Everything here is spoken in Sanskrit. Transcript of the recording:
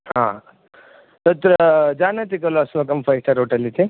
हा तत्र जानाति खलु अस्माकं फैटार् होटेल् इति